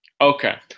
okay